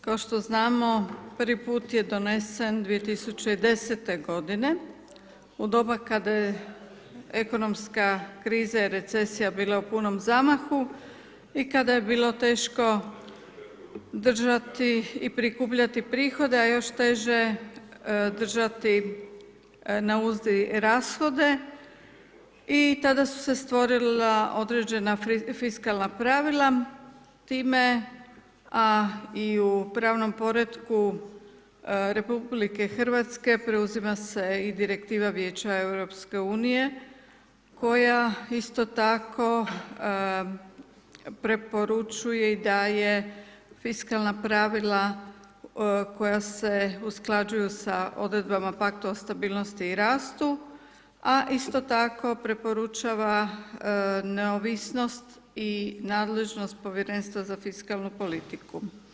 Kao što znamo, prvi puta je donesen 2010. godine u doba kaka je ekonomska kriza i recesija bile u punom zamahu i kada je bilo teško držati i prikupljati prihode, a još teže držati na uzdi rashode i tada su se stvorila određena fiskalna pravila time, a i u pravnom poretku RH preuzima se i Direktiva Vijeća EU koja isto tako preporučuje i daje fiskalna pravila koja se usklađuju sa odredbama Paktu o stabilnosti i rastu, a isto tako preporučava neovisnost i nadležnost Povjerenstva za fiskalnu politiku.